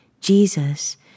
Jesus